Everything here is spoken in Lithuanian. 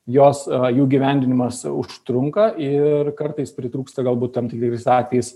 jos jų įgyvendinimas užtrunka ir kartais pritrūksta galbūt tam tikrais atvejais